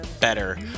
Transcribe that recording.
better